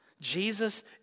Jesus